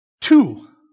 Two